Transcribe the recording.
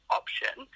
option